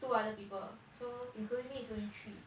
two other people so including me is only three